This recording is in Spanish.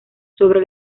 sobre